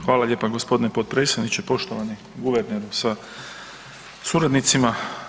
Hvala lijepo gospodine potpredsjedniče, poštovani guverneru sa suradnicima.